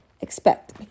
Expect